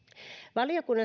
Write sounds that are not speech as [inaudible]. valiokunnan [unintelligible]